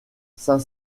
saint